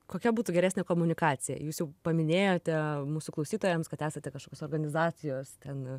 kokia būtų geresnė komunikacija jūs jau paminėjote mūsų klausytojams kad esate kažkokios organizacijos ten